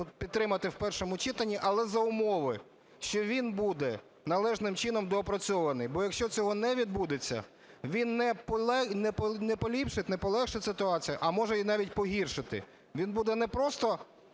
підтримати в першому читанні, але за умови, що він буде належним чином доопрацьований, бо якщо цього не відбудеться, він не поліпшить, не полегшить ситуацію, а може її навіть погіршити. Він буде не просто